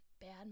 bad